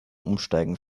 umsteigen